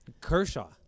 Kershaw